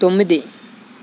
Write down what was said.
తొమ్మిది